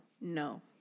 no